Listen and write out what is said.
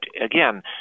again